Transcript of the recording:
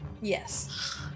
Yes